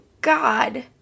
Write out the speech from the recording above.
God